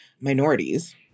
minorities